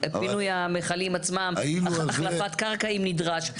פינוי המכלים עצמם והחלפת הקרקע אם נדרש,